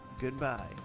goodbye